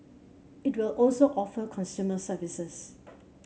it will also offer consumer services